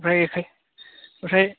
ओमफ्राय ओमफ्राय